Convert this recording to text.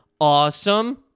Awesome